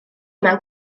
mewn